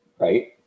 Right